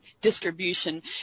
distribution